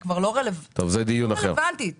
זה כבר לא רלוונטי היום.